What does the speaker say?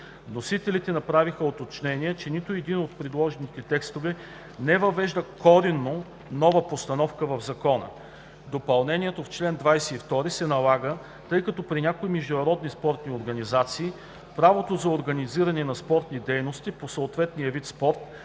Вносителят направи уточнението, че нито един от предложените текстове не въвежда коренно нова постановка в Закона. Допълнението в чл. 22 се налага, тъй като при някои международни спортни организации правото за организиране на спортните дейности по съответния вид спорт не